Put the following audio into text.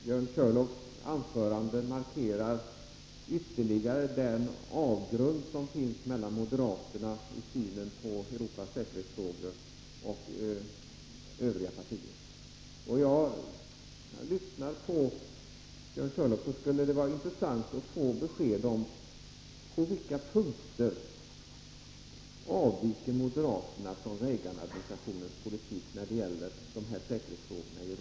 Herr talman! Björn Körlofs anförande markerar ytterligare den avgrund som finns mellan moderaterna och övriga partier i Europas säkerhetsfrågor. Det skulle vara intressant att få besked av Björn Körlof på vilka punkter moderaternas politik avviker från Reaganadministrationens när det gäller säkerhetsfrågorna i Europa.